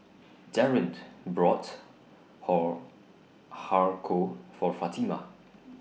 Darin brought Hor Har Kow For Fatima